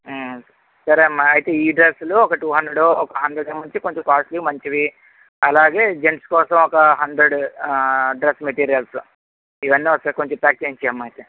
సరేమ్మా అయితే ఈ డ్రెస్సులు ఒక టూ హండ్రెడ్ అన్నిటికి మించి కొంచెం కాస్ట్లీ వి మంచివి అలాగే జెంట్స్ కోసం ఒక హండ్రెడ్ ఆ డ్రెస్ మెటీరియల్సు ఇవన్నీ ఒకసారి కొంచెం ప్యాక్ చేయించేయమ్మా అయితే